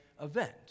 event